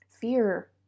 Fear